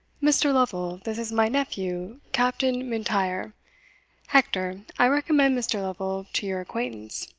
mr. lovel, this is my nephew, captain m'intyre hector, i recommend mr. lovel to your acquaintance.